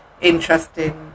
interesting